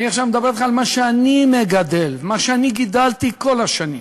אני עכשיו מדבר אתך על מה שאני מגדל ומה שאני גידלתי כל השנים: